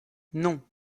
non